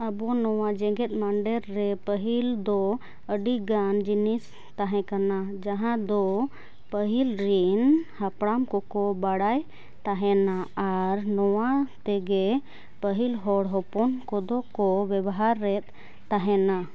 ᱟᱵᱚ ᱱᱚᱣᱟ ᱡᱮᱜᱮᱫ ᱢᱟᱸᱰᱮᱨ ᱨᱮ ᱯᱟᱹᱦᱤᱞᱫᱚ ᱟᱹᱰᱤᱜᱟᱱ ᱡᱤᱱᱤᱥ ᱛᱟᱦᱮᱸᱠᱟᱱᱟ ᱡᱟᱦᱟᱸᱫᱚ ᱯᱟᱹᱦᱤᱞᱨᱮᱱ ᱦᱟᱯᱲᱟᱢᱠᱚᱠᱚ ᱵᱟᱲᱟᱭ ᱛᱟᱦᱮᱱᱟ ᱟᱨ ᱱᱚᱣᱟᱛᱮᱜᱮ ᱯᱟᱹᱦᱤᱞ ᱦᱚᱲ ᱦᱚᱯᱚᱱ ᱠᱚᱫᱚᱠᱚ ᱵᱮᱵᱚᱦᱟᱨᱮᱫ ᱛᱟᱦᱮᱱᱟ